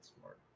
smart